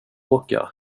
åka